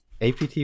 APT